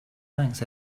thanks